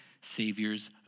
Savior's